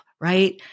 right